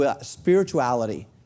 spirituality